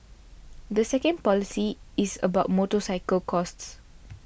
the second policy is about motorcycle costs